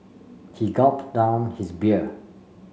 he gulp down his beer